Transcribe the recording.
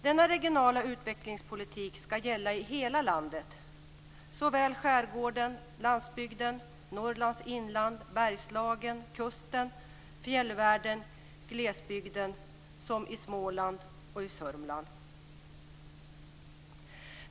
Denna regionala utvecklingspolitik ska gälla för hela landet, såväl skärgården, landsbygden, Norrlands inland, Bergslagen, kusten, fjällfärden, glesbygden som Småland och Södermanland.